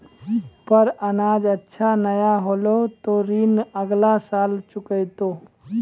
पर अनाज अच्छा नाय होलै तॅ ऋण अगला साल चुकैतै